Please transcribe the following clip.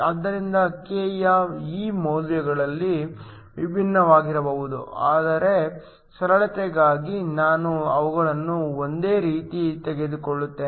ಆದ್ದರಿಂದ k ಯ ಈ ಮೌಲ್ಯಗಳು ವಿಭಿನ್ನವಾಗಿರಬಹುದು ಆದರೆ ಸರಳತೆಗಾಗಿ ನಾನು ಅವುಗಳನ್ನು ಒಂದೇ ರೀತಿ ತೆಗೆದುಕೊಳ್ಳುತ್ತೇನೆ